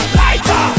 lighter